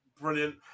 Brilliant